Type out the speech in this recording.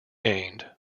gained